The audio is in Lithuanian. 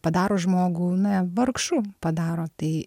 padaro žmogų na vargšu padaro tai